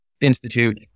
institute